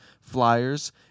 flyers